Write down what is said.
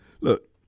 look